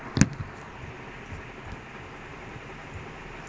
levernkusa had zero zero half time